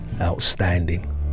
Outstanding